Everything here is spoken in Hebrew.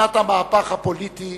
שנת המהפך הפוליטי